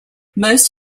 most